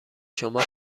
شما